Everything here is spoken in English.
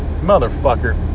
Motherfucker